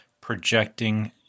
Projecting